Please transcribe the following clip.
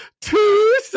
two